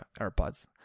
AirPods